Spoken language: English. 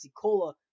Cola